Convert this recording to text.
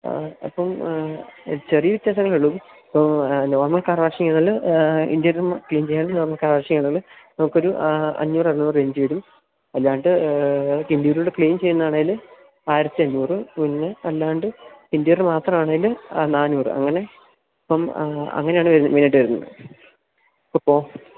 ആ അപ്പോള് ചെറിയ വ്യത്യാസങ്ങളേ ഉള്ളൂ ഇപ്പോള് നോർമൽ കാർ വാഷിംഗ് ചെയ്താല് ഇന്റീരിയർ ക്ലീൻ ചെയ്യാൻ നമുക്കാവശ്യം ആയതുകൊണ്ട് നമുക്കൊരു അഞ്ഞൂറ് അറുന്നൂറ് റേഞ്ച് വരും അല്ലാണ്ട് ഇന്റീരിയർകൂടെ ക്ലീൻ ചെയ്യുന്നതാണെങ്കില് ആയിരത്തി അഞ്ഞൂറ് പിന്നെ അല്ലാണ്ട് ഇന്റീരിയർ മാത്രം ആണെങ്കില് നാനൂറ് അങ്ങനെ അപ്പോള് അങ്ങനെയാണു വരുന്നത് മെയിനായിട്ടും വരുന്നത് അപ്പോള്